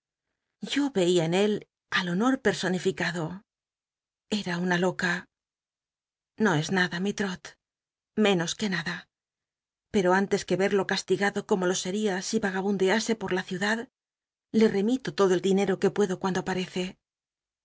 yo veía en él al honor personificado era una loca no es nada mi trot menos que nada pero antes que red o castigado como lo seria si ragabundease po la ciudad le emito todo el dineo que puedo cuando aparece